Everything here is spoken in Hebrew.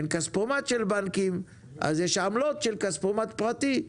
וכאשר אין כספומט של בנקים אז יש עמלות של כספומט פרטי,